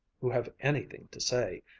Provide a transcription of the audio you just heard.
who have anything to say.